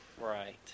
Right